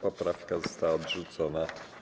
Poprawki zostały odrzucone.